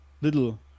little